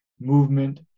movement